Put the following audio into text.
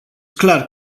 clar